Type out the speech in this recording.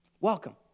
Welcome